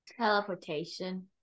Teleportation